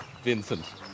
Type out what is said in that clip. Vincent